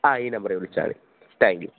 ആ ഈ നമ്പറിൽ വിളിച്ചാൽ മതി താങ്ക് യൂ